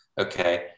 okay